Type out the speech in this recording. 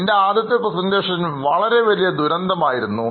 എൻറെ ആദ്യത്തെ Presentationവലിയ ദുരന്തം ആയിരുന്നു